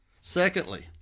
Secondly